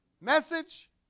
message